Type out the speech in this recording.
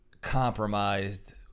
compromised